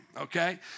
okay